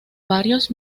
varios